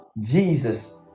jesus